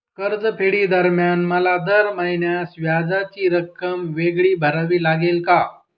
कर्जफेडीदरम्यान मला दर महिन्यास व्याजाची रक्कम वेगळी भरावी लागेल का?